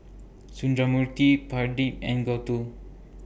Sundramoorthy Pradip and Gouthu